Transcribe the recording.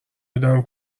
بودم